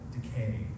decay